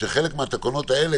שחלק מהתקנות האלה